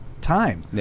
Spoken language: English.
time